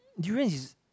durian is